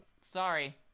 sorry